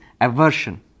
aversion